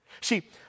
See